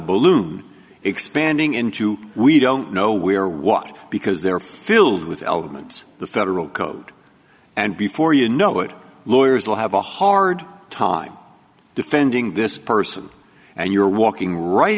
balloon expanding into we don't know where or what because they're filled with elements the federal code and before you know it lawyers will have a hard time defending this person and you're walking right